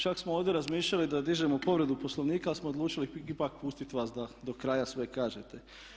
Čak smo ovdje razmišljali da dižemo povredu Poslovnika, ali smo odlučili ipak pustit vas da do kraja sve kažete.